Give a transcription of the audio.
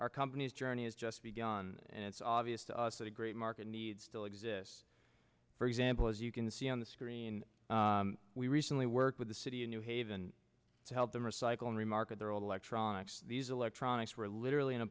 our company's journey has just begun and it's obvious to us that a great market need still exists for example as you can see on the screen we recently worked with the city of new haven to help them recycle and re market their old electronics these electronics were literally in a